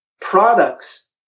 Products